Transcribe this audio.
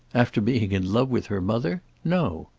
after being in love with her mother? no.